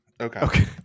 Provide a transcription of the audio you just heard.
Okay